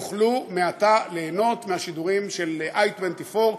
יוכלו מעתה ליהנות מהשידורים של i24.